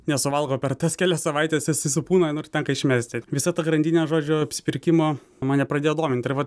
nesuvalgo per tas kelias savaites jisai supūna nu ir tenka išmesti visa ta grandinė žodžiu apsipirkimo mane pradėjo dominti ir vat